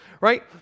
Right